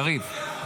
קריב.